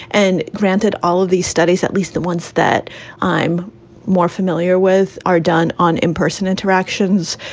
and granted, all of these studies, at least the ones that i'm more familiar with, are done on in-person interactions.